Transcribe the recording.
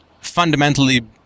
fundamentally